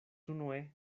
unue